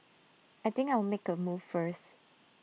I think I'll make A move first